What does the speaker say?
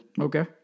Okay